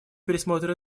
пересмотра